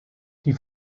die